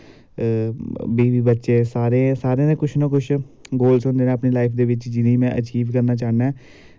बीबी बच्चे सारें दे कुछ न कुछ गोलस होंदे नै अपनी लॉईफ दे बिच्च जि'नें गी मैं अचीव करना चाह्न्नां ऐं